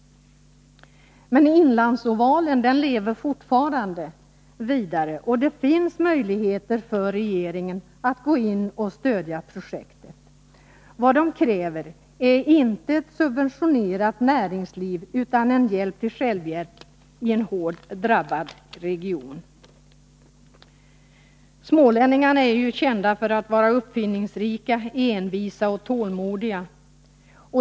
Men Inlandsovalen lever fortfarande vidare, och det finns möjligheter för regeringen att gå in och stödja projektet. Vad man kräver är inte ett subventionerat näringsliv utan en hjälp till självhjälp i en hårt drabbad region. Smålänningarna är ju kända för att vara uppfinningsrika, envisa och tålmodiga.